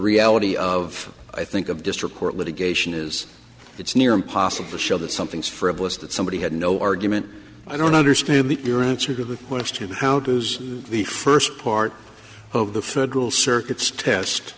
reality of i think of district court litigation is it's near impossible to show that something is frivolous that somebody had no argument i don't understand that your answer to the question how does the first part of the federal circuit's test